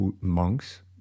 monks